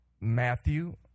Matthew